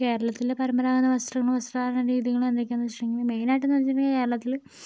കേരളത്തിലെ പരമ്പരാഗത വസ്ത്രങ്ങളും വസ്ത്രധാരണരീതികളും എന്തൊക്കെയാന്ന് വെച്ചിട്ടുണ്ടെങ്കിൽ മെയിൻ ആയിട്ടെന്ന് വെച്ചിട്ടുണ്ടെങ്കിൽ കേരളത്തില്